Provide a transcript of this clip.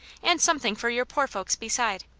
and something for your poor folks beside.